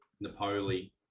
Napoli